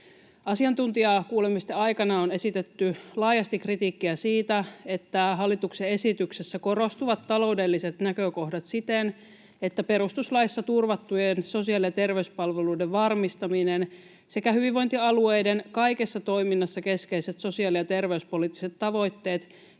Asiantuntijakuulemisten aikana on esitetty laajasti kritiikkiä siitä, että hallituksen esityksessä korostuvat taloudelliset näkökohdat siten, että perustuslaissa turvattujen sosiaali- ja terveyspalveluiden varmistaminen sekä hyvinvointialueiden kaikessa toiminnassa keskeiset sosiaali- ja terveyspoliittiset tavoitteet